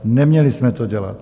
Neměli jsme to dělat.